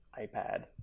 iPad